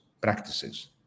practices